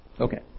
Okay